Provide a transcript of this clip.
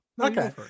Okay